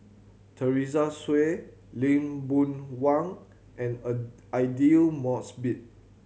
Teresa Hsu Lee Boon Wang and a Aidli Mosbit